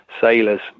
sailors